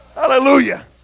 hallelujah